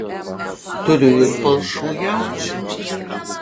turiu ir palšų jaučių